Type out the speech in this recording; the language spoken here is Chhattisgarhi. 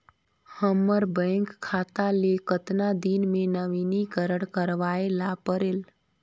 हमर बैंक खाता ले कतना दिन मे नवीनीकरण करवाय ला परेल?